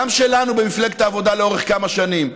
גם שלנו במפלגת העבודה לאורך כמה שנים,